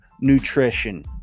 nutrition